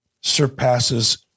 surpasses